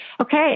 Okay